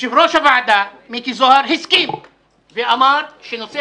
יושב-ראש הוועדה מיקי זוהר הסכים ואמר שנושא